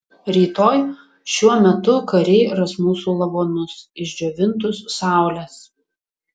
rytoj šiuo metu kariai ras mūsų lavonus išdžiovintus saulės